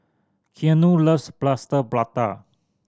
Keanu loves Plaster Prata